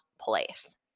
place